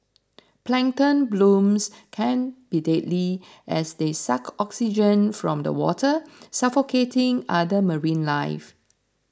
plankton blooms can be deadly as they suck oxygen from the water suffocating other marine life